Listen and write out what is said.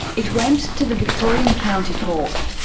it went to the victorian county court.